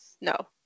No